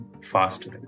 faster